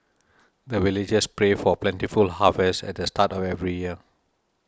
the villagers pray for plentiful harvest at the start of every year